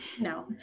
No